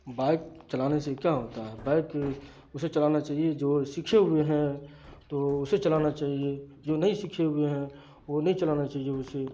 bike چلانے سے کیا ہوتا ہے بائک اسے چلانا چاہیے جو سیکھے ہوئے ہیں تو اسے چلانا چاہیے جو نہیں سیکھے ہوئے ہیں وہ نہیں چلانا چاہیے اسے